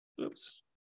Oops